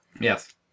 Yes